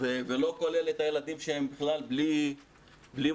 ולא כולל את הילדים שהם בכלל בלי מערכת.